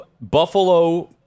Buffalo